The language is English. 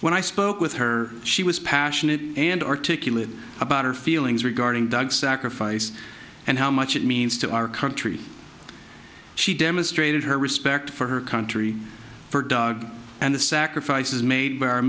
when i spoke with her she was passionate and articulate about her feelings regarding drug sacrifice and how much it means to our country she demonstrated her respect for her country for dog and the sacrifices made by our